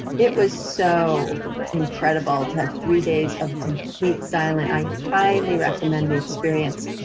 it was so incredible to have three days of complete silent, i highly recommend the experience.